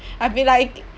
I've been like